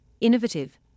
innovative